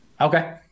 Okay